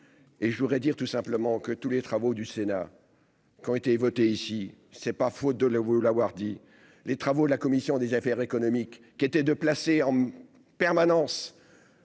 et je voudrais dire tout simplement que tous les travaux du Sénat. Qui ont été votées, ici c'est pas faute de l'voulu l'avoir dit, les travaux de la commission des affaires économiques, qui était de placer en permanence.